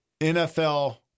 NFL